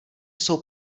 jsou